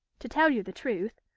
to tell you the truth,